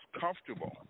comfortable